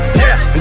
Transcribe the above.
yes